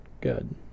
good